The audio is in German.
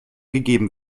gegeben